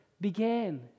began